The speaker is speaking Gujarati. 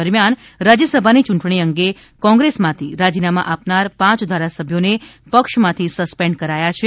દરમિયાન રાજ્યસભાની યૂંટણી અંગે કોંગ્રેસમાંથી રાજીનામાં આપનાર પાંચ ધારાસભ્યોને પક્ષમાંથી સસ્પેન્ડ કરાયા છે